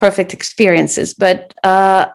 ‏perfect experiences, but uh...